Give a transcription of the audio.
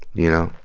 you know?